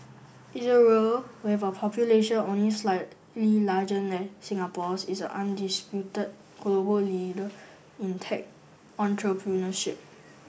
Israel with a population only slightly larger than Singapore's is an undisputed global leader in tech entrepreneurship